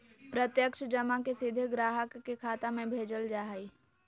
प्रत्यक्ष जमा के सीधे ग्राहक के खाता में भेजल जा हइ